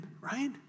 right